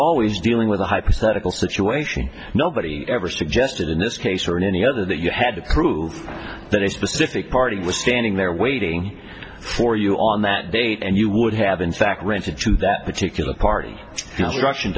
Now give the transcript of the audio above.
always dealing with a hypothetical situation nobody ever suggested in this case or in any other that you had to prove that a specific party was standing there waiting for you on that date and you would have in fact rented to that particular party